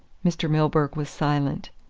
mr. milburgh was silent.